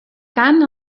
cant